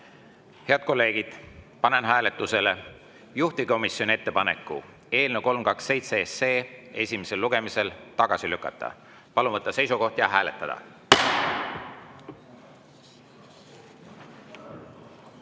Head kolleegid, panen hääletusele juhtivkomisjoni ettepaneku eelnõu 327 esimesel lugemisel tagasi lükata. Palun võtta seisukoht ja hääletada!